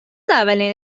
اولین